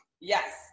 Yes